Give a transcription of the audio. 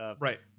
Right